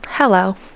Hello